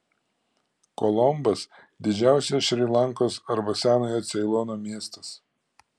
kolombas didžiausias šri lankos arba senojo ceilono miestas